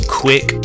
quick